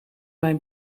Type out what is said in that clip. mijn